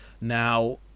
Now